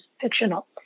fictional